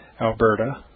Alberta